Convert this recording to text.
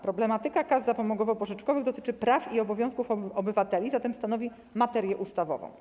Problematyka kas zapomogowo-pożyczkowych dotyczy praw i obowiązków obywateli, zatem stanowi materię ustawową.